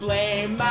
Blame